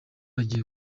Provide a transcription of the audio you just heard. agiye